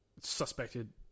suspected